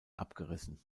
abgerissen